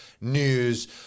news